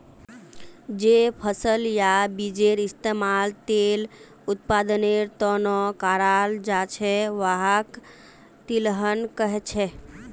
जे फसल या बीजेर इस्तमाल तेल उत्पादनेर त न कराल जा छेक वहाक तिलहन कह छेक